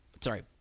Sorry